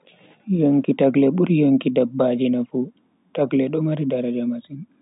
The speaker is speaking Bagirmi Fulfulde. Yonki tagle buri yonki dabbaji nafu, tagle do mari daraja masin.